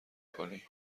کنی